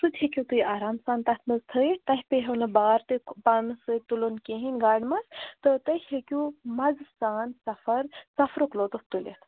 سُہ تہِ ہیٚکِو تُہۍ آرام سان تَتھ منٛز تھٲیِتھ تۄہہِ پیہو نہٕ بار تہِ پانَس سۭتۍ تُلُن کِہیٖنۍ گاڑِ منٛز تہٕ تُہۍ ہیٚکِو مزٕ سان سَفر سَفرُک لُطف تُلِتھ